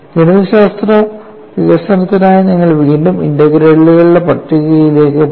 ഗണിതശാസ്ത്ര വികസനത്തിനായി നിങ്ങൾ വീണ്ടും ഇന്റഗ്രലുകളുടെ പട്ടികയിലേക്ക് പോയി